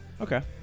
Okay